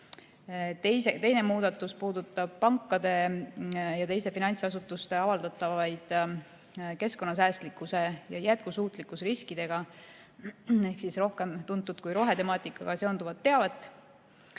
Teine muudatus puudutab pankade ja teiste finantsasutuste avaldatavat keskkonnasäästlikkuse ja jätkusuutlikkusriskidega ehk rohkem tuntud kui rohetemaatikaga seonduvat teavet.